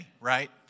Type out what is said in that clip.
right